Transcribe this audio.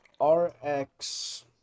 RX